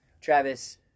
Travis